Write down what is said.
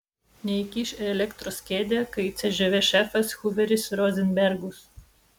neįkiš į elektros kėdę kaip cžv šefas huveris rozenbergus